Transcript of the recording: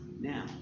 now